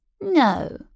No